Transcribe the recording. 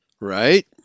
Right